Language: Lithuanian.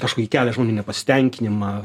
kažkokį kelia žmonių nepasitenkinimą